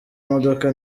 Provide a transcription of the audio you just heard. modoka